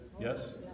Yes